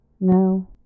No